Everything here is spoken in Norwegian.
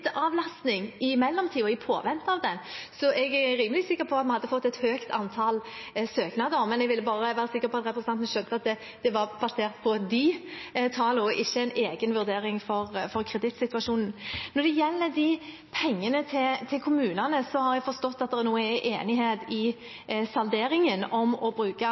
i mellomtiden, i påvente av den. Jeg er rimelig sikker på at vi hadde fått et høyt antall søknader, men jeg ville bare være sikker på at representanten skjønte at det var basert på de tallene, og ikke en egen vurdering for kredittsituasjonen. Når det gjelder pengene til kommunene, har jeg forstått at det nå er enighet i salderingen om å bruke